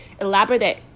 elaborate